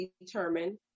determine